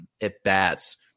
at-bats